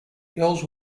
girls